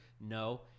No